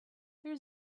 there